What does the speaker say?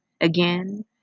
Again